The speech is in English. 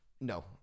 No